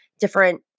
different